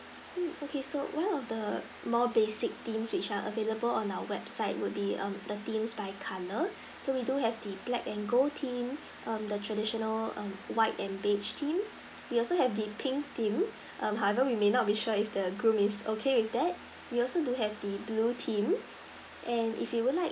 mm okay so one of the more basic theme which are available on our website would be um the themes by colour so we do have the black and gold theme um the traditional um white and beige theme we also have the pink theme mm however we may not be sure if the groom is okay with that we also do have the blue theme and if you would like